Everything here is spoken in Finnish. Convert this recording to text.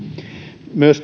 myös